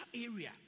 area